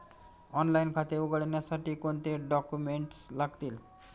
Online खाते उघडण्यासाठी कोणते डॉक्युमेंट्स लागतील?